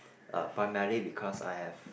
uh primarily because I have